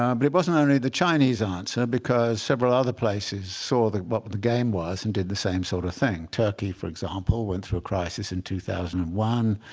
um but it wasn't only the chinese answer, because several other places saw what but but the game was and did the same sort of thing. turkey, for example, went through a crisis in two thousand and one,